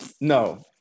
No